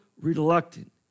reluctant